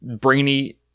brainy